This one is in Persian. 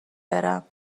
برم